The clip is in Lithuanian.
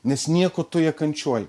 nes nieko toje kančio